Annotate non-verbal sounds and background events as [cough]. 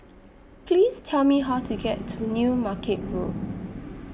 Please Tell Me How to get to New Market Road [noise]